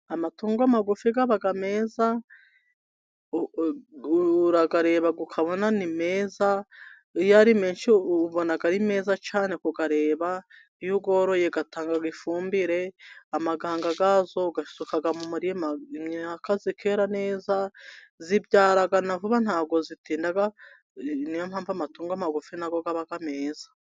Amatungo magufi aba meza, urayareba ukabona ni meza, iyo ari menshi ubona ari meza cyane kuyareba, iyo uyoroye atanga ifumbire, amaganga yazo uyasuka mu murima imyaka ikera neza, abyara na vuba ntabwo atinda, ni yo mpamvu amatungo magufi na yo aba meza.